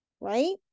right